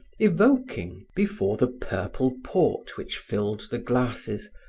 evoking, before the purple port which filled the glasses,